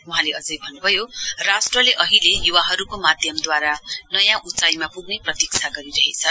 वहाँले अझै भन्नुभयो राष्ट्रले अहिले युवाहरुको माध्यमद्वारा नयाँ उचाईमा पुग्ने प्रतीक्षा गरिरहेछ